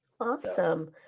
Awesome